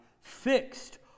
fixed